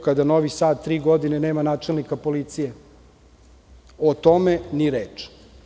Kada Novi Sad tri godine nema načelnika policije, o tome ni reč.